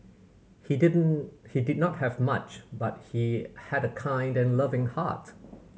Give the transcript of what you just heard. he did he did not have much but he had a kind and loving heart